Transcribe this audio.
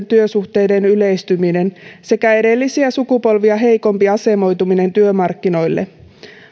työsuhteiden yleistyminen sekä edellisiä sukupolvia heikompi asemoituminen työmarkkinoille